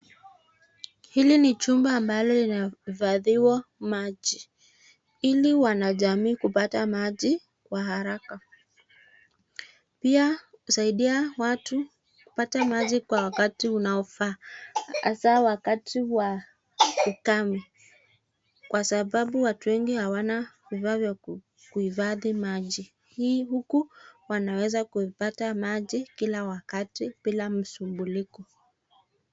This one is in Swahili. Hili ni chumba ambalo inahifadhiwa maji ili wanajamii kupata maji kwa haraka. Pia husaidia watu kupata maji kwa wakati unaofaa hasaa wakati wa ukame kwa sababu watu wengi hawana vifaa vya kuhifadhi maji. Huku wanaweza kuipata maji kila wakati bila msumbuliko.